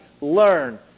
learn